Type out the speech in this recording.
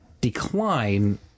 Decline